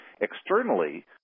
externally